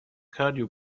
cardio